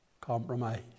compromise